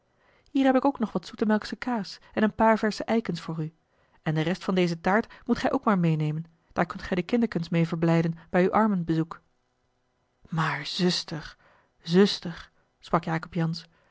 hier heb ik ook nog zoetemelksche kaas en een paar versche eikens voor u en de rest van deze taart moet gij ook maar meênemen daar kunt gij de kinderkens meê verblijden bij uw armenbezoek maar zuster zuster sprak jacob jansz